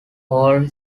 hall